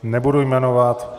Nebudu jmenovat.